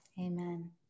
Amen